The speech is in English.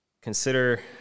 consider